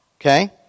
okay